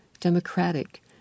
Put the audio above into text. democratic